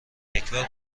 یکبار